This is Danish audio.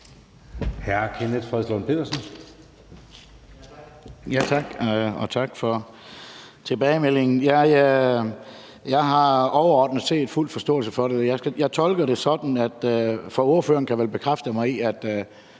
19:03 Kenneth Fredslund Petersen (DD): Tak. Og tak for tilbagemeldingen. Jeg har overordnet set fuld forståelse for det, og jeg tolker det sådan – det kan ordføreren vel bekræfte mig i – at